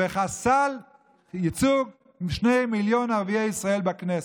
וחסל ייצוג של שני מיליון ערביי ישראל בכנסת.